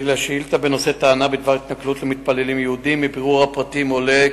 חבר הכנסת אריה אלדד שאל את השר לביטחון